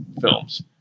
films